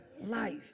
life